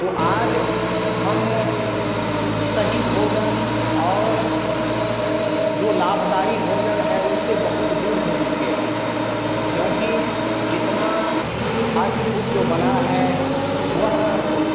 तो आज हम सही भोजन और जो लाभकारी भोजन है उससे बहुत दूर हो चुके हैं क्योंकि जितना फ़ास्ट फ़ूड जो बना है वह